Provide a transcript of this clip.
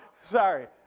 Sorry